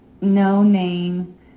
no-name